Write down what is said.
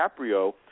DiCaprio